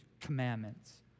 commandments